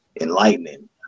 enlightening